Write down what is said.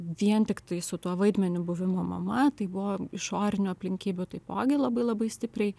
vien tiktai su tuo vaidmeniu buvimo mama tai buvo išorinių aplinkybių taipogi labai labai stipriai